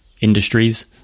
industries